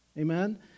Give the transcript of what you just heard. amen